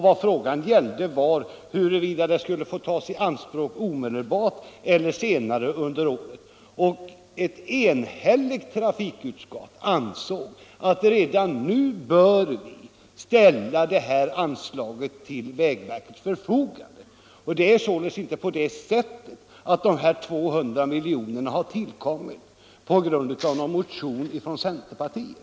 Vad frågan gällde var huruvida det skulle få tas i anspråk omedelbart eller senare under året. Ett enhälligt trafikutskott ansåg att vi redan nu bör ställa detta anslag till vägverkets förfogande. Det är således inte på det sättet att anslaget har tillkommit efter en motion från centerpartiet.